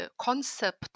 concept